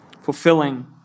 fulfilling